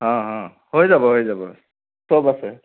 অ অ হৈ যাব হৈ যাব সব আছে